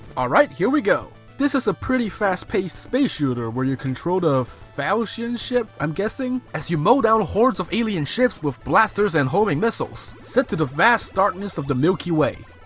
alright, here we go! this is a pretty fast-paced space shooter, where you control the, falsion ship, i'm guessing? as you mow down hordes of alien ships with blasters and homing missiles, set to the vast darkness of the milky way.